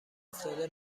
افتاده